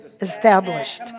established